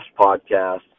podcast